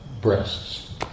breasts